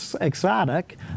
Exotic